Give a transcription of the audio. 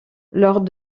lors